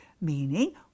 meaning